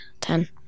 Ten